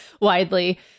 widely